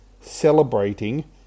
celebrating